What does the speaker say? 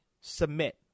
submit